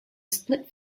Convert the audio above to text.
split